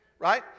right